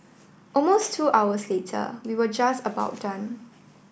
almost two hours later we were just about done